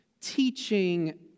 teaching